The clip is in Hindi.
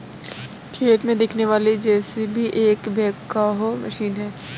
खेत में दिखने वाली जे.सी.बी एक बैकहो मशीन है